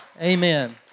Amen